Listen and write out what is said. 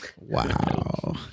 Wow